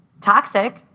toxic